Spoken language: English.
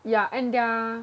yeah and their